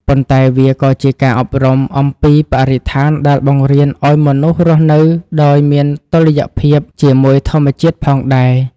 ប៉ុន្តែវាក៏ជាការអប់រំអំពីបរិស្ថានដែលបង្រៀនឱ្យមនុស្សរស់នៅដោយមានតុល្យភាពជាមួយធម្មជាតិផងដែរ។